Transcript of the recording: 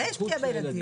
בוודאי יש פגיעה בילדים.